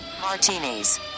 martinis